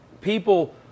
people